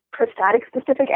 prostatic-specific